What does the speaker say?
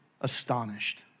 astonished